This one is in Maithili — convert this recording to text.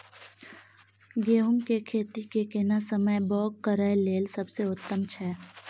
गहूम के खेती मे केना समय बौग करय लेल सबसे उत्तम छै?